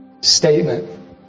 statement